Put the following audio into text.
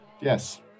Yes